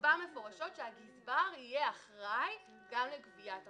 נקבע מפורשות שהגזבר יהיה אחראי גם לגביית החובות.